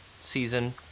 season